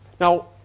Now